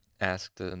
asked